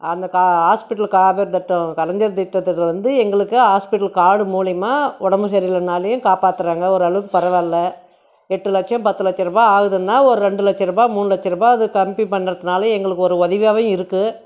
அந்த ஹாஸ்பிட்டலு காப்பீடு திட்டம் கலைஞர் திட்டத்துக்கு வந்து எங்களுக்கு ஹாஸ்பிட்டல் கார்டு மூலியமாக உடம்பு சரியில்லைனாலியும் காப்பாத்துகிறாங்க ஒரளவுக்கு பரவாயில்லை எட்டு லட்சம் பத்து லட்சரூபா ஆகுதுன்னா ஒரு ரெண்டு லட்சரூபா மூணு லட்சரூபா அது கம்மி பண்றதினால எங்களுக்கு ஒரு உதவியாவே இருக்கு